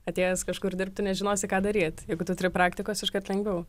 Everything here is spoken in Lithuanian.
atėjęs kažkur dirbti nežinosi ką daryt jeigu tu turi praktikos iškart lengviau